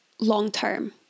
long-term